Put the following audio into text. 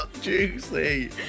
juicy